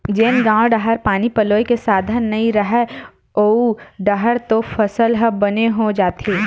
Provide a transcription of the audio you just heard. जेन गाँव डाहर पानी पलोए के साधन नइय रहय ओऊ डाहर तो फसल ह बने हो जाथे